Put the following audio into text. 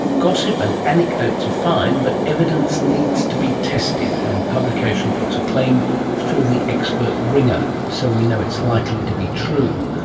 gossip and anecdotes are fine, but evidence needs to be tested and publication puts a claim through the expert wringer, so we know it's likely to be true.